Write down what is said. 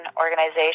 organization